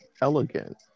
elegant